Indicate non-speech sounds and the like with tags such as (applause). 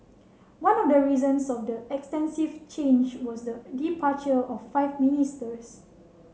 (noise) one of the reasons of the extensive change was the departure of five ministers